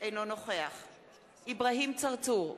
אינו נוכח אברהים צרצור,